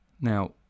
Now